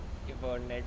we got Netflix